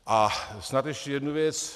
A snad ještě jednu věc.